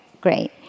great